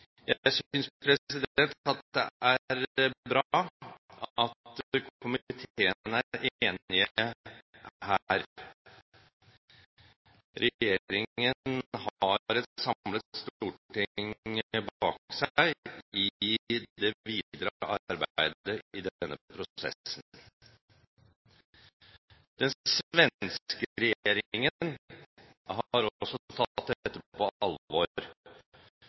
Jeg synes det er bra at komiteen er enig her. Regjeringen har et samlet storting bak seg i det videre arbeidet i denne prosessen. Den svenske regjeringen har også tatt dette på alvor.